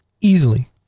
easily